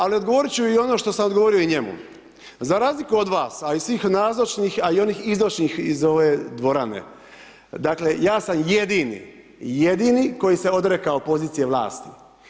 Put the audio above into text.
Ali odgovorit ću i ono što sam odgovorio i njemu, za razliku do vas a i svih nazočnih a i onih izašlih iz ove dvorane, dakle sam jedini, jedini koji se odrekao pozicije vlasti.